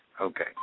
Okay